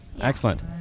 Excellent